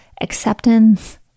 acceptance